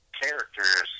characters